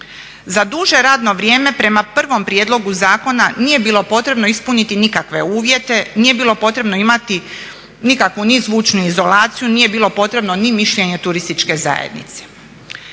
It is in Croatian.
Za duže radno vrijeme prema prvom prijedlogu zakona nije bilo potrebno ispuniti nikakve uvjete, nije bilo potrebno imati nikakvu ni zvučnu izolaciju, nije bilo potrebno ni mišljenje turističke zajednice.